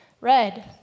Red